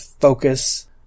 focus